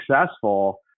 successful